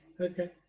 Okay